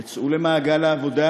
יצאו למעגל העבודה